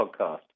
podcast